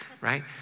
right